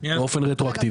באופן רטרואקטיבי.